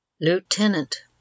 Lieutenant